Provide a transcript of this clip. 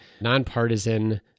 nonpartisan